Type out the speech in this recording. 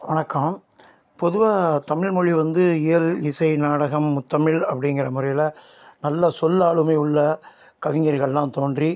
வணக்கம் பொதுவாக தமிழ் மொழி வந்து இயல் இசை நாடகம் முத்தமிழ் அப்படிங்குற முறையில் நல்ல சொல் ஆளுமை உள்ள கவிஞர்களெலாம் தோன்றி